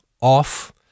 off